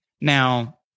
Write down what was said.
Now